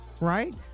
right